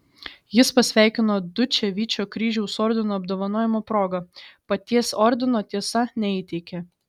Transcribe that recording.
jis pasveikino dučę vyčio kryžiaus ordino apdovanojimo proga paties ordino tiesa neįteikė